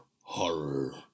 Horror